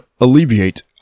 alleviate